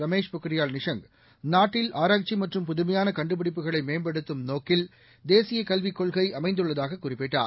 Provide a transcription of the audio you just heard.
ரமேஷ் பொக்ரியால் நிஷாங் நாட்டில் ஆராய்ச்சி மற்றும் புதுமையான கண்டுபிடிப்புகளை மேம்படுத்தும் நோக்கில் தேசிய கல்விக் கொள்கை அமைந்துள்ளதாக குறிப்பிட்டார்